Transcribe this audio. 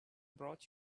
brought